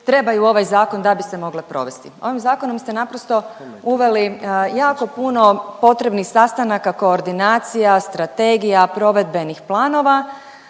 trebaju ovaj zakon da bi se mogle provesti. Ovim zakonom ste naprosto uveli jako puno potrebnih sastanaka koordinacija, strategija, provedbenih planova,